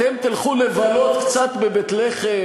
אתם תלכו לבלות קצת בבית-לחם,